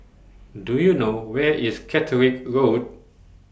Do YOU know Where IS Catterick Road